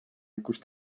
kust